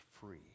free